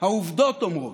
העובדות אומרות,